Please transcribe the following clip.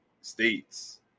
states